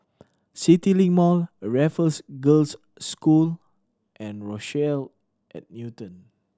CityLink Mall Raffles Girls' School and Rochelle at Newton